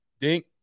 Dink